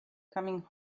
coming